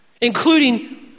including